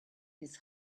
his